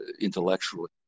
intellectually